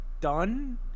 done